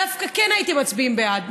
דווקא כן הייתם מצביעים בעד.